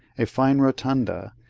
a fine rotunda,